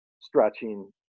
stretching